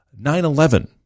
911